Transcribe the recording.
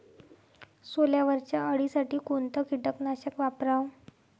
सोल्यावरच्या अळीसाठी कोनतं कीटकनाशक वापराव?